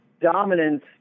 dominance